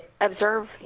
Observe